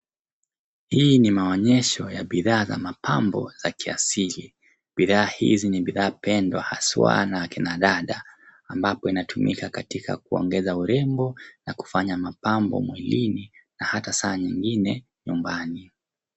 Hii ni maonyesho ya bidhaa za mapambo za kiasili. Bidhaa hizi ni bidhaa pendwa haswa na akina dada ambapo inatumika katika kuongeza urembo na kufanya mapambo mwilini na hata saa nyingine nyumbani.